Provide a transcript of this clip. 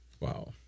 Wow